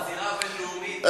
האווירה הבין-לאומית,